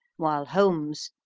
while holmes,